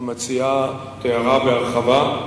שהמציעה תיארה בהרחבה,